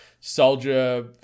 soldier